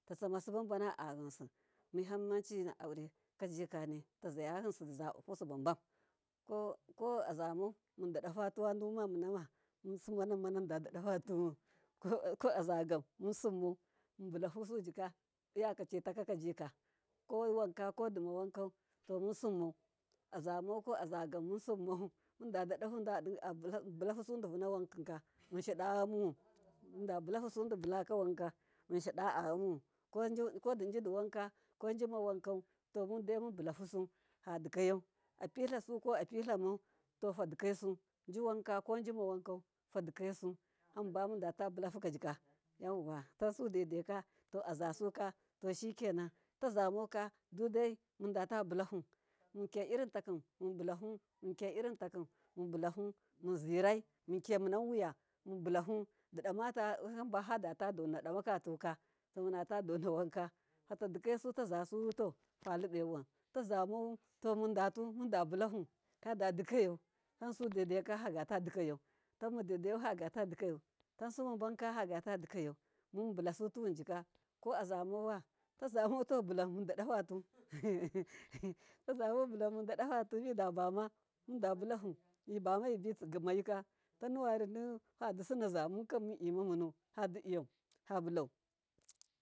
Tatsama sibabam a yinsi mahimci na aure kajika nitazaya yinsi dizabahu subabam ko koazamau mndada fatu waduma munama masiman an mamundi adadafatuwu, koazagam musummau muta hu sujika iyaka citakakajika ganwanka kodina wankai munsimmau azagam ka azamau munsimau mundi bullahu sudivuna wankika munshi da yamun, kojidiwan kojimawankau to mundai munbullahu fadikayau apitla ko apitlamau to fadikaisu jiwanka ko jimawanka fadikaisu, hamba munda ta bullahukaji tansu daidai kato azasuka toshikenan tazamauka dudai mutatabulahu munkiya irin takim munvalahum, munkiya irin takim muvulahum, muzirai munkimunan wuya munbullahu didamatahamba fodata dona namakatuka munta donawanka fadikai sutaza suto falibaiwan tazamu to mundatu munda buuahum, fadadikayau tansudaidai fagatadika yau tamma daidai fagotadika yau tansuma banka fagatadikayau mubulla su tunjika ko azamawa? Tabulla mundadafatu taza mau bullam mundidafatu midababama mbullahum yibano jumaika tanuwa ritli fadisanaza munkam munimamun fabullau.